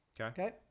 okay